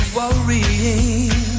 worrying